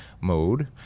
mode